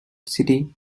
city